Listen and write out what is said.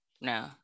No